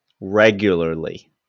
regularly